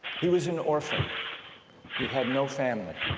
he was an orphan he had no family